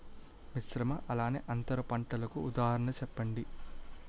మిశ్రమ అలానే అంతర పంటలకు ఉదాహరణ చెప్పండి?